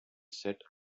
set